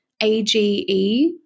AGE